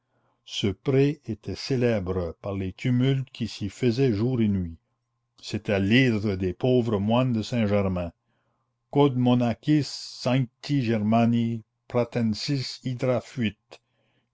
ce pré était célèbre par les tumultes qui s'y faisaient jour et nuit c'était l'hydre des pauvres moines de saint-germain quod monachis